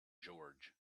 george